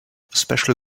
special